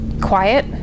quiet